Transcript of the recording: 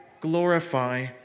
glorify